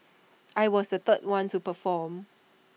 I was the third one to perform